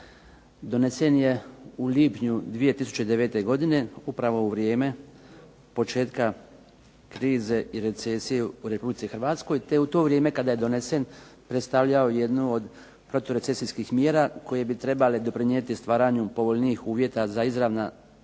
donesen je u lipnju 2009. godine upravo u vrijeme početka krize i recesije u Republici Hrvatskoj, te u to vrijeme kada je donesen predstavljao jednu od protu recesijskih mjera koje bi trebale doprinijeti stvaranju povoljnijih uvjeta za izravna